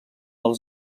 els